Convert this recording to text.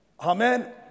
Amen